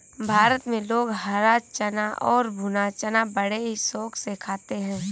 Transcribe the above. भारत में लोग हरा चना और भुना चना बड़े ही शौक से खाते हैं